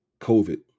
COVID